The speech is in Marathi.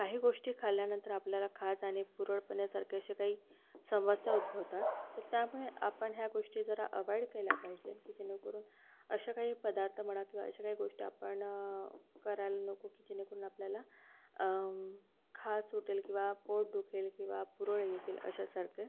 काही गोष्टी खाल्ल्यानंतर आपल्याला खाज आणि पुरळपण्यासारखे असे काही समस्या उद्भवतात तर त्यामुळे आपण ह्या गोष्टी जरा अबाईड केल्या पाहिजे की जेणेकरून अशा काही पदार्थ म्हणा किंवा अशा काही गोष्टी आपण करायला नको की जेणेकरून आपल्याला खाज सुटेल किंवा पोट दुखेल किंवा पुरळ येतील अशासारखे